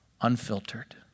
unfiltered